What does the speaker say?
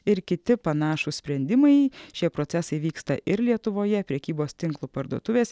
ir kiti panašūs sprendimai šie procesai vyksta ir lietuvoje prekybos tinklo parduotuvės